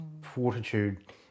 fortitude